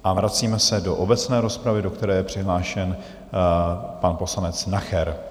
A vracíme se do obecné rozpravy, do které je přihlášen pan poslanec Nacher.